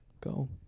Go